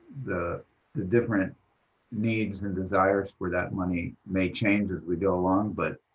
the the different needs and desires for that money may change as we go along, but